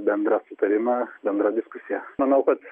bendrą sutarimą bendra diskusija manau kad